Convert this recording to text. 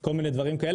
כל מיני דברים כאלה.